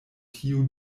tiu